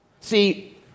See